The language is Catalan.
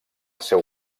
seu